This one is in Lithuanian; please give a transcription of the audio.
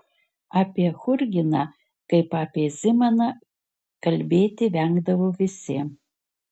apie churginą kaip apie zimaną kalbėti vengdavo visi